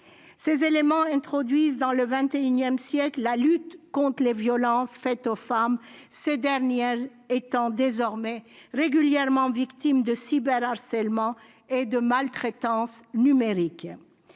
Ces éléments introduisent dans le XXI siècle la lutte contre les violences faites aux femmes, ces dernières étant désormais régulièrement victimes de cyberharcèlement et de maltraitance numérique.